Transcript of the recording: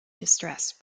distressed